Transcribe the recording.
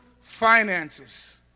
finances